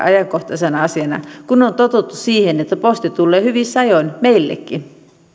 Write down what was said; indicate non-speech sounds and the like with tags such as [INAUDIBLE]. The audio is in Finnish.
[UNINTELLIGIBLE] ajankohtana kun on totuttu siihen että posti tulee hyvissä ajoin meillekin